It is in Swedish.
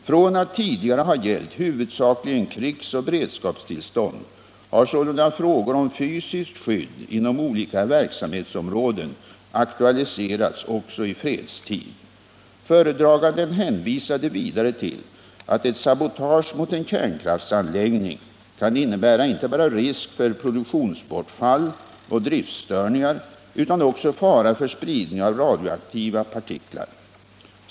Från att tidigare ha gällt huvudsakligen krigsoch beredskapstillstånd har sålunda frågor om fysiskt skydd inom olika verksamhetsområden aktualiserats också i fredstid. Föredraganden hänvisade vidare till att ett sabotage mot en kärnkraftsanläggning kan innebära inte bara risk för produktionsbortfall och driftstörningar utan också fara för spridning av radioaktiva partiklar.